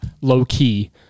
low-key